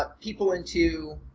ah people into,